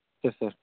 یس سر